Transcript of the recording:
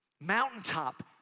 Mountaintop